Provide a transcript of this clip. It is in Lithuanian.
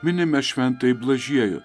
minime šventąjį blažiejų